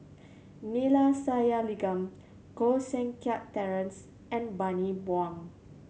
Neila Sathyalingam Koh Seng Kiat Terence and Bani Buang